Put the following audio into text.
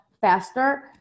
faster